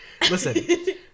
listen